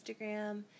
instagram